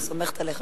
אני סומכת עליך.